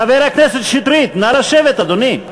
חבר הכנסת שטרית, נא לשבת, אדוני.